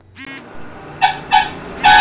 सौंफ केँ पकबान सब मे देल जाइ छै